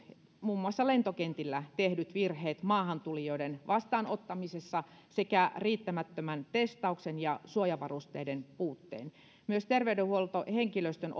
muun muassa lentokentillä tehdyt virheet maahantulijoiden vastaanottamisessa sekä riittämättömän testauksen ja suojavarusteiden puutteen myös terveydenhuoltohenkilöstön